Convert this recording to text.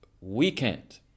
weekend